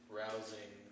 rousing